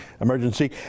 emergency